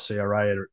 CRA